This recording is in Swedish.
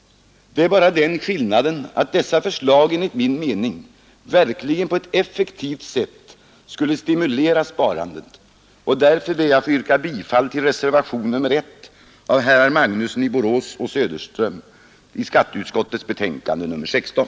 Det är bara den skillnaden att dessa förslag enligt min mening verkligen på ett effektivt sätt skulle stimulera sparandet, och därför ber jag få yrka bifall till reservationen 1 av herrar Magnusson i Borås och Söderström vid skatteutskottets betänkande nr 16.